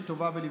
לטובה ולברכה,